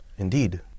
Indeed